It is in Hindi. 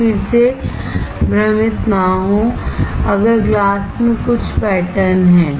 तो फिर से भ्रमित न हों अगर ग्लास में कुछ पैटर्न है